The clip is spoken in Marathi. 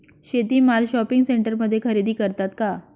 शेती माल शॉपिंग सेंटरमध्ये खरेदी करतात का?